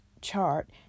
chart